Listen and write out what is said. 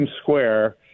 Square